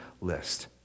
list